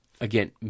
again